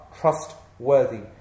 trustworthy